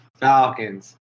Falcons